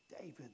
David